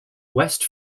west